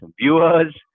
viewers